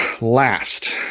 Last